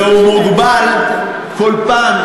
והוא מוגבל כל פעם,